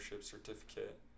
certificate